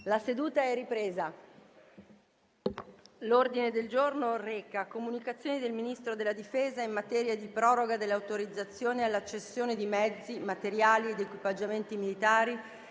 una nuova finestra"). L'ordine del giorno reca: «Comunicazioni del Ministro della difesa in materia di proroga dell'autorizzazione alla cessione di mezzi, materiali ed equipaggiamenti militari